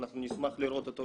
אנחנו נשמח לראות אותו,